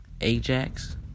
Ajax